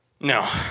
No